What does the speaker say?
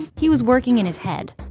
he was working in his head.